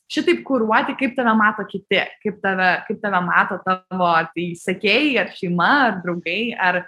šitaip kuruoti kaip tave mato kiti kaip tave kaip tave mato tavo ar tai sekėjai ar šeima ar draugai ar